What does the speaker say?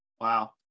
Wow